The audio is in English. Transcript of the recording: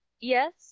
Yes